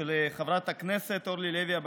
של חברת הכנסת אורלי לוי אבקסיס,